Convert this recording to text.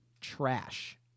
trash